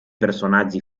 personaggi